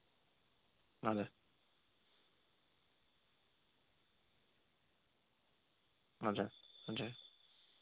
हजुर हजुर हुन्छ